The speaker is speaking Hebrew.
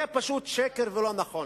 זה פשוט שקר ולא נכון.